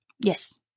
Yes